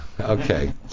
Okay